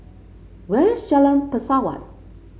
where is Jalan Pesawat